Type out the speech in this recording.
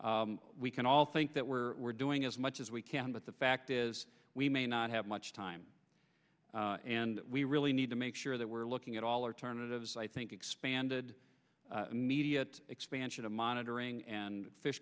we can all think that we're doing as much as we can but the fact is we may not have much time and we really need to make sure that we're looking at all or turn it of i think expanded media expansion of monitoring and fish